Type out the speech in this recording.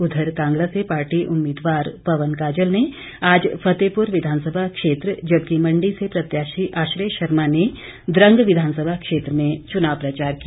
उधर कांगड़ा से पार्टी उम्मीदवार पवन काजल ने आज फतेहपुर विधानसभा क्षेत्र जबकि मंडी से प्रत्याशी आश्रय शर्मा ने द्रंग विधानसभा क्षेत्र में चुनाव प्रचार किया